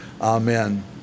Amen